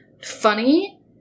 funny